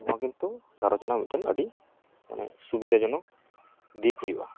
ᱱᱚᱣᱟ ᱠᱤᱱᱛᱩ ᱜᱷᱟᱨᱚᱸᱡᱽ ᱨᱮᱱᱟᱜ ᱢᱤᱫᱴᱭᱮᱱ ᱟᱹᱰᱤ ᱢᱟᱱᱮ ᱥᱩᱵᱤᱫᱷᱟ ᱡᱚᱱᱚᱠ ᱫᱤᱠ ᱦᱩᱭᱩᱜᱼᱟ